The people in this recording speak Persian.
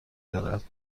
دارد